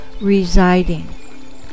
residing